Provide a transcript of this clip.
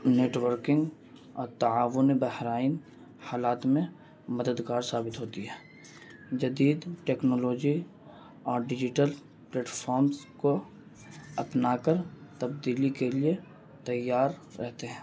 networking اور تعاون بحران حالات میں مددگار ثابت ہوتی ہے جدید ٹیکنالوجی اور ڈیجیٹل پلیٹفارمس کو اپنا کر تبدیلی کے لیے تیار رہتے ہیں